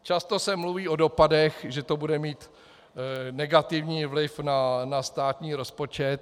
Často se mluví o dopadech, že to bude mít negativní vliv na státní rozpočet.